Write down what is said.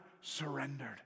surrendered